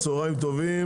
צוהריים טובים.